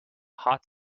hot